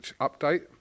update